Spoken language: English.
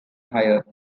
higher